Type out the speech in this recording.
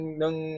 ng